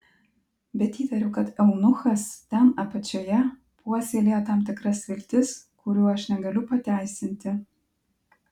bet įtariu kad eunuchas ten apačioje puoselėja tam tikras viltis kurių aš negaliu pateisinti